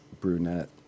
Brunette